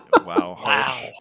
Wow